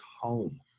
home